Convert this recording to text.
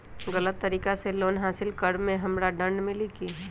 गलत तरीका से लोन हासिल कर्म मे हमरा दंड मिली कि?